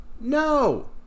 no